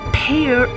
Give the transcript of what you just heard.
pair